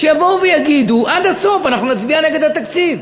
שיבואו ויגידו עד הסוף: אנחנו נצביע נגד התקציב,